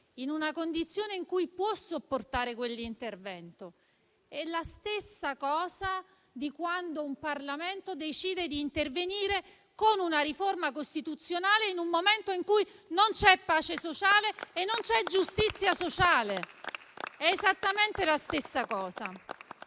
in una condizione stabile, in cui può sopportare quell'intervento. È la stessa cosa di quando un Parlamento decide di intervenire con una riforma costituzionale in un momento in cui non c'è pace sociale e non c'è giustizia sociale. È esattamente la stessa cosa.